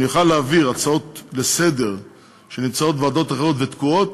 אני אוכל להעביר הצעות לסדר-היום שנמצאות בוועדות אחרות ותקועות,